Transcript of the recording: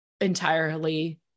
entirely